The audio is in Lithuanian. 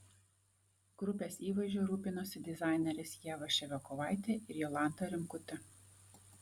grupės įvaizdžiu rūpinosi dizainerės ieva ševiakovaitė ir jolanta rimkutė